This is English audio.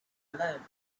alone